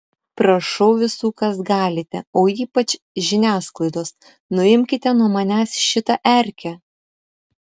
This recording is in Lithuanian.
prašau visų kas galite o ypač žiniasklaidos nuimkite nuo manęs šitą erkę